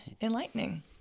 enlightening